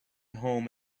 home